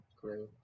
great